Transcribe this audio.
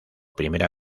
primera